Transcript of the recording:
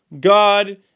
God